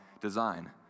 design